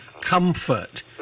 comfort